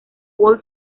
wall